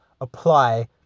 apply